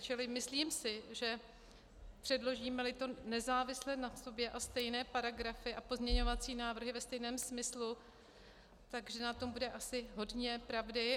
Čili myslím si, že předložímeli to nezávisle na sobě a stejné paragrafy a pozměňovací návrhy ve stejném smyslu, že na tom bude asi hodně pravdy.